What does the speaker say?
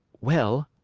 well,